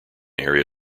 area